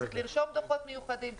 צריך לרשום דוחות מיוחדים.